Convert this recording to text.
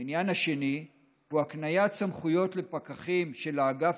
העניין השני הוא הקניית סמכויות לפקחים של האגף